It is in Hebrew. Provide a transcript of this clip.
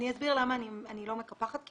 אני אסביר למה אני לא מקפחת, כי